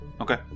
Okay